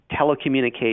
telecommunications